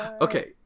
Okay